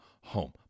home